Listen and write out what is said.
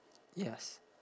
yes